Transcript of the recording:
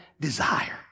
desire